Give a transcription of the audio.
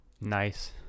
Nice